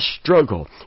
struggle